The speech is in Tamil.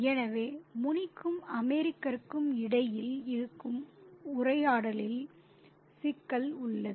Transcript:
எனவே முனிக்கும் அமெரிக்கருக்கும் இடையில் நடக்கும் உரையாடலில் சிக்கல் உள்ளது